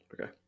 Okay